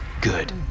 Good